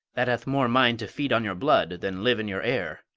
that hath more mind to feed on your blood than live in your air.